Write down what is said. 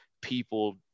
people